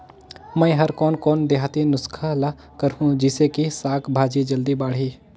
मै हर कोन कोन देहाती नुस्खा ल करहूं? जिसे कि साक भाजी जल्दी बाड़ही?